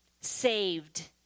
Saved